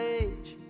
age